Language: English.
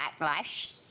backlash